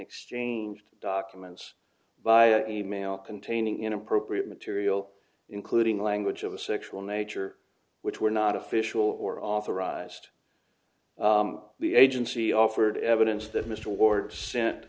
exchanged documents via e mail containing inappropriate material including language of a sexual nature which were not official or authorized the agency offered evidence that mr ward's sent